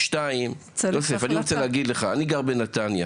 שתיים, יוסף, אני רוצה להגיד לך, אני גר בנתניה.